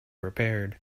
repaired